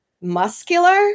muscular